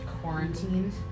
quarantined